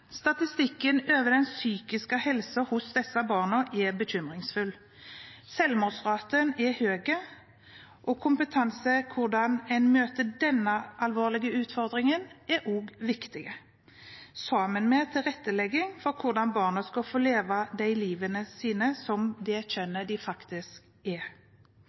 Statistikken over den psykiske helsen hos disse barna er bekymringsfull. Selvmordsraten er høy. Kompetanse om hvordan en møter denne alvorlige utfordringen er også viktig, sammen med tilrettelegging for hvordan barna skal få leve livet sitt som det kjønnet de faktisk er.